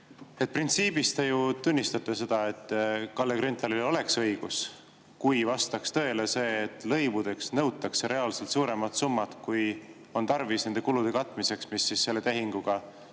Printsiibis te ju tunnistate seda, et Kalle Grünthalil oleks õigus, kui vastaks tõele see, et lõivudeks nõutakse reaalselt suuremat summat, kui on tarvis nende kulude katmiseks, mis tehingu